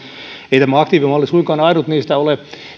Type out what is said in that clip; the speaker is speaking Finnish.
tämä aktiivimalli suinkaan ainut niistä ole